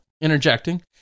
interjecting